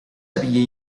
había